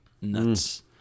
nuts